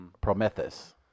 prometheus